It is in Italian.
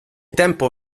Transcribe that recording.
tempo